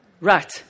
Right